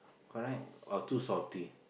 correct or too salty